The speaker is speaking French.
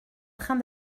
train